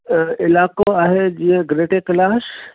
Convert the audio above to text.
इलाइक़ो आहे जीअं ग्रेटर कैलाश